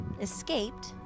escaped